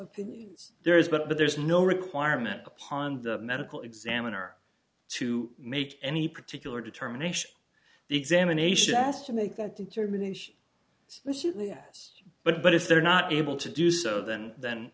opinions there is but there is no requirement upon the medical examiner to make any particular determination the examination as to make that determination especially yes but but if they're not able to do so than th